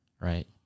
right